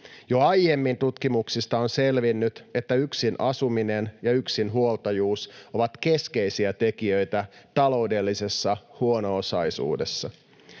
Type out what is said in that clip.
Jo aiemmin tutkimuksista on selvinnyt, että yksin asuminen ja yksinhuoltajuus ovat keskeisiä tekijöitä taloudellisessa huono-osaisuudessa.